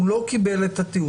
הוא לא קיבל את התיעוד,